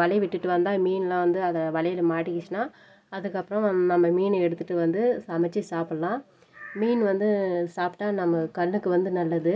வலையை விட்டுட்டு வந்தால் மீன்லாம் வந்து அது வலையில் மாட்டிக்கிச்சினால் அதுக்கு அப்புறம் அந்த மீனை எடுத்துட்டு வந்து சமச்சு சாப்பிட்லாம் மீன் வந்து சாப்பிட்டா நம்ம கண்ணுக்கு வந்து நல்லது